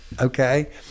okay